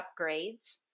upgrades